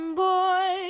boy